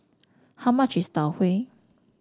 how much is Tau Huay